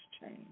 change